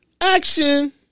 action